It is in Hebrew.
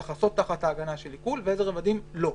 לכסות תחת ההגנה של עיקול ואיזה רבדים לא.